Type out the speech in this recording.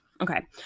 Okay